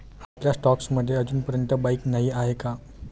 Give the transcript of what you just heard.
आपल्या स्टॉक्स मध्ये अजूनपर्यंत बाईक नाही आहे का?